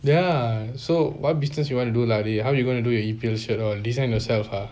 ya so what business you want to do lah dey how you gonna do shirt or design yourself ah